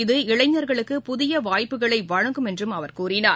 இது இளைஞர்களுக்கு புதியவாய்ப்புகளைவழங்கும் என்றும் அவர் கூறினார்